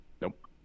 Nope